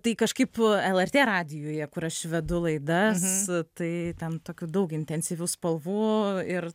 tai kažkaip lrt radijuje kur aš vedu laidas tai ten tokių daug intensyvių spalvų ir